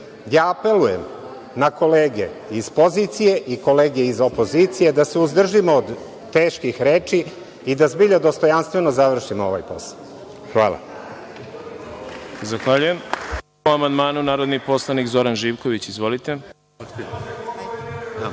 Apelujem na kolege iz pozicije i kolege iz opozicije, da se uzdržimo od teških reči i da zbilja dostojanstveno završimo ovaj posao. Hvala. **Đorđe